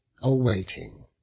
awaiting